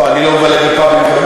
לא, אני לא מבלה בפאבים כמוך.